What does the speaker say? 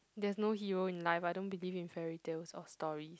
there's no hero in life I don't believe in fairy tales or story